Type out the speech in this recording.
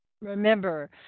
remember